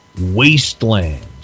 wasteland